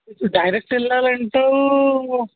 direct వెళ్ళాలి అంటావు